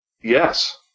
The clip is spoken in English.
Yes